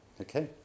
Okay